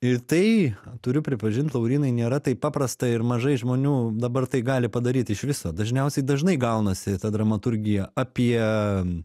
ir tai turiu pripažint laurynai nėra taip paprasta ir mažai žmonių dabar tai gali padaryt iš viso dažniausiai dažnai gaunasi ta dramaturgija apie